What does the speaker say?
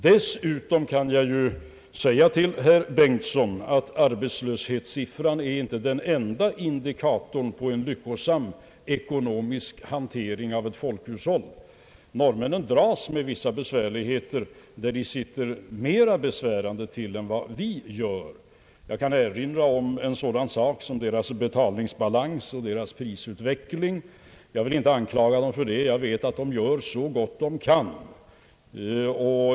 Dessutom kan jag säga till herr Bengtson att arbetslöshetssiffran inte är den enda indikatorn på en lyckosam ekonomisk hantering av ett folkhushåll. Norrmännen dras med vissa svårigheter, där de sitter mera besvärande till än vad vi gör. Jag kan erinra om deras betalningsbalans och deras prisutveckling. Jag vill inte anklaga dem, jag vet att de gör så gott de kan.